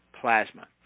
plasma